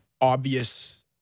obvious